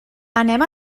anem